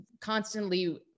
constantly